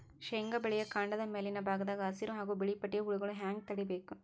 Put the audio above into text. ಶೇಂಗಾ ಬೆಳೆಯ ಕಾಂಡದ ಮ್ಯಾಲಿನ ಭಾಗದಾಗ ಹಸಿರು ಹಾಗೂ ಬಿಳಿಪಟ್ಟಿಯ ಹುಳುಗಳು ಹ್ಯಾಂಗ್ ತಡೀಬೇಕು?